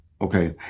Okay